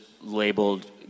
labeled